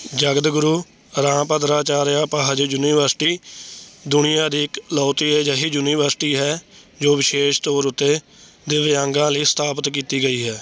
Jagadguru Rambhadracharya ਅਪਾਹਜ university ਦੁਨੀਆ ਦੀ ਇਕਲੌਤੀ ਅਜਿਹੀ ਯੂਨੀਵਰਸਿਟੀ ਹੈ ਜੋ ਵਿਸ਼ੇਸ਼ ਤੌਰ ਉੱਤੇ ਦਿਵਯਾਂਗਾਂ ਲਈ ਸਥਾਪਤ ਕੀਤੀ ਗਈ ਹੈ